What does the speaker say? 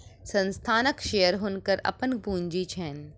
संस्थानक शेयर हुनकर अपन पूंजी छैन